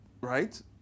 right